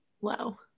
Wow